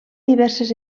diverses